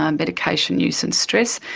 um medication use and stress,